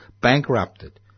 bankrupted